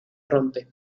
rompe